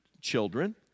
children